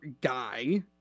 guy